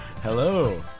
Hello